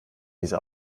diese